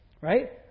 right